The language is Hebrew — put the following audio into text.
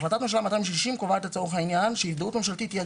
החלטת ממשלה 260 קובעת גם לצורך העניין שהזדהות ממשלתית תהיה